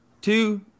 two